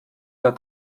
der